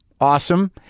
awesome